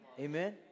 Amen